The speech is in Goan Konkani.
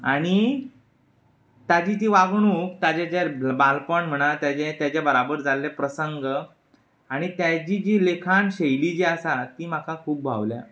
आनी ताची जी वागणूक ताचें जें बाळपण म्हणा ताचे ताचे बराबर जाल्ले प्रसंग आनी ताची जी लिखाण शैली जी आसा ती म्हाका खूब भावल्या